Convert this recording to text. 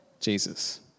Jesus